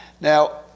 Now